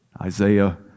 Isaiah